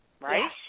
right